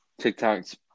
TikToks